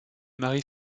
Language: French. marie